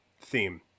theme